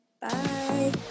Bye